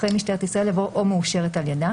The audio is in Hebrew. אחרי "משטרת ישראל" יבוא "או מאושרת על ידה"